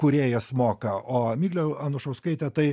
kūrėjas moka o miglė anušauskaitė tai